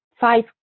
five